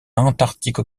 antarctique